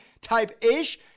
type-ish